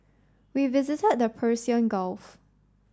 we visited the Persian Gulf